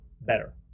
better